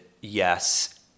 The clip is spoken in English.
yes